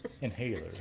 inhaler